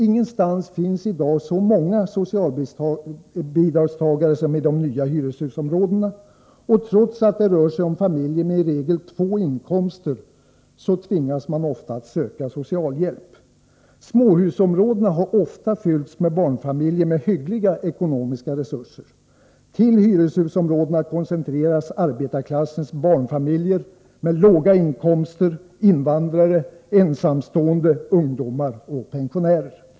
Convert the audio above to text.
Ingenstans finns i dag så många socialbidragstagare som i de nya hyreshusområdena. Trots att familjerna där i regel har två inkomster tvingas de ofta söka socialhjälp. Småhusområdena har till stor del fyllts med barnfamiljer med hyggliga ekonomiska resurser. Till hyreshusområdena koncentreras arbetarklassens barnfamiljer med låga inkomster, invandrare, ensamstående, ungdomar och pensionärer.